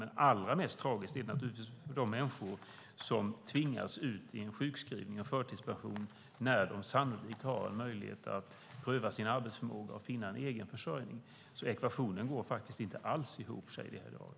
Men allra mest tragiskt är det naturligtvis för de människor som tvingas ut i sjukskrivning och förtidspension när de sannolikt har möjlighet att pröva sin arbetsförmåga och finna en egen försörjning. Ekvationen går faktiskt inte alls ihop, Shadiye Heydari.